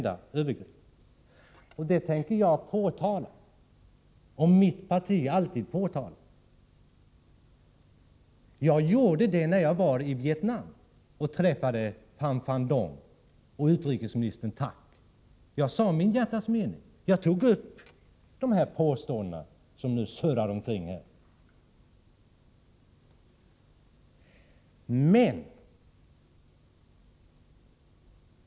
Sådana förhållanden tänker jag och mitt parti alltid påtala. Jag gjorde det när jag var i Vietnam och träffade premiärminister Pham Van Dong och utrikesminister Nguyen Co Thach. Jag sade mitt hjärtas mening och tog upp flera av dessa påståenden som surrar omkring här.